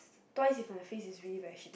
twice if my face is really very shit